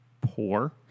poor